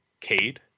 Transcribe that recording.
Cade